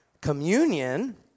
Communion